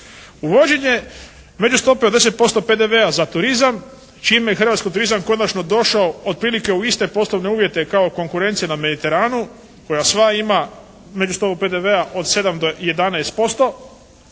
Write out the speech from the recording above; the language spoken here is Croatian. Uvođenje međustope od 10% PDV-a za turizam čime je hrvatski turizam konačno došao otprilike u iste poslovne uvjete kao konkurencija na Mediteranu koja sva ima međustopu PDV-a od 7 do 11%,